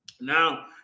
Now